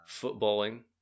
footballing